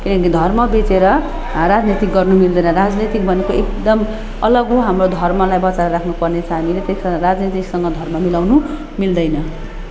तिनले धर्म बेचेर राजनीतिक गर्नु मिल्दैन राजनीतिक भनेको एकदम अलग हो हाम्रो धर्मलाई बचाएर राख्नुपर्ने छ हामीले त्यही कारण राजनीतिसँग धर्म मिलाउनु मिल्दैन